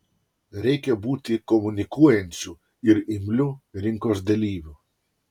reikia būti komunikuojančiu ir imliu rinkos dalyviu